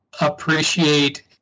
appreciate